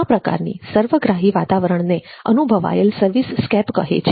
આ પ્રકારની સર્વગ્રાહી વાતાવરણને અનુભવાયેલ સર્વિસ સ્કેપ કહે છે